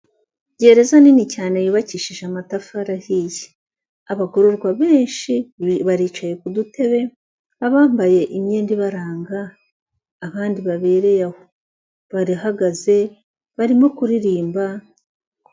Gereza nini cyane yubakishije amatafari ahiye, abagororwa benshi baricaye ku dutebe, abambaye imyenda ibaranga abandi babereye aho barahagaze barimo kuririmba.